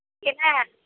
केना